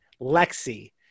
Lexi